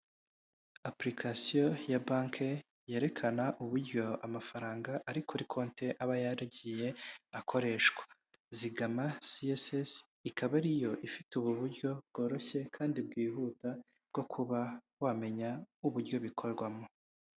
Apulikasiyo ya banki yerekana uburyo amafaranga ari kuri konti aba yaragiye akoreshwa. Zigama CSS ikaba ariyo ifite ubu buryo bworoshye kandi bwihuta bwo kuba wamenya uburyo bikorwamo.